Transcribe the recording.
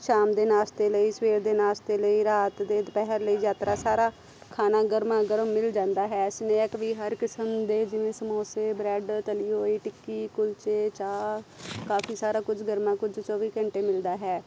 ਸ਼ਾਮ ਦੇ ਨਾਸ਼ਤੇ ਲਈ ਸਵੇਰ ਦੇ ਨਾਸ਼ਤੇ ਲਈ ਰਾਤ ਦੇ ਦੁਪਹਿਰ ਲਈ ਯਾਤਰਾ ਸਾਰਾ ਖਾਣਾ ਗਰਮਾ ਗਰਮ ਮਿਲ ਜਾਂਦਾ ਹੈ ਸਨੈਕ ਵੀ ਹਰ ਕਿਸਮ ਦੇ ਜਿਵੇਂ ਸਮੋਸੇ ਬ੍ਰੈੱਡ ਤਲੀ ਹੋਈ ਟਿੱਕੀ ਕੁਲਚੇ ਚਾਹ ਕਾਫੀ ਸਾਰਾ ਕੁਝ ਗਰਮਾ ਕੁਝ ਚੌਵੀ ਘੰਟੇ ਮਿਲਦਾ ਹੈ